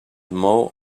mou